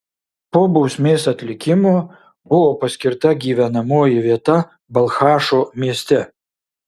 po bausmės atlikimo buvo paskirta gyvenamoji vieta balchašo mieste